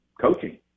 coaching